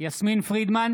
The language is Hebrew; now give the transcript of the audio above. יסמין פרידמן,